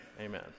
amen